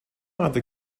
other